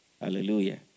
Hallelujah